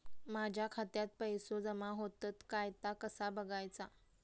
माझ्या खात्यात पैसो जमा होतत काय ता कसा बगायचा?